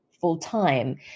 full-time